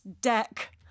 deck